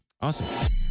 Awesome